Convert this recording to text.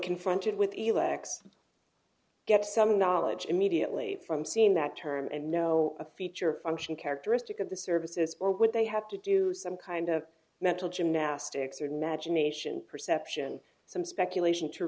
confronted with the lax get some knowledge immediately from seeing that term and know a feature function characteristic of the services or would they have to do some kind of mental gymnastics or nagell nation perception some speculation to